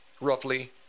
roughly